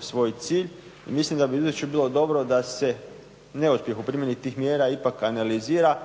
svoj cilj, mislim da bi u izvješću bilo dobro da se … primjeni tih mjera ipak analizira